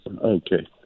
Okay